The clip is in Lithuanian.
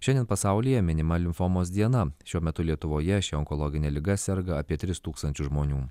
šiandien pasaulyje minima limfomos diena šiuo metu lietuvoje šia onkologine liga serga apie tris tūkstančius žmonių